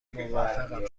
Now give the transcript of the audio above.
موافقم